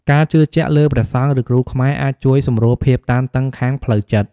ការជឿជាក់លើព្រះសង្ឃ ឬគ្រូខ្មែរអាចជួយសម្រួលភាពតានតឹងខាងផ្លូវចិត្ត។